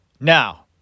Now